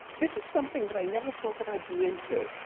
this is something that i never thought that i'd be into.